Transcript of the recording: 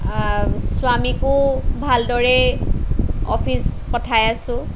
স্বামীকো ভালদৰেই অফিচ পঠাই আছো